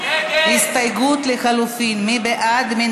הסתייגות לחלופין, מי בעד?